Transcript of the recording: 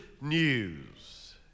news